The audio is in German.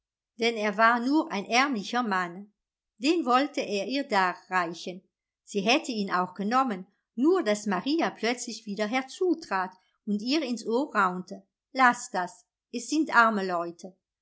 denn er war nur ein ärmlicher mann den wollte er ihr darreichen sie hätte ihn auch genommen nur daß maria plötzlich wieder herzutrat und ihr ins ohr raunte laß das es sind arme leute